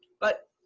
but,